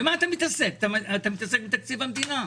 אתה מתעסק בתקציב המדינה.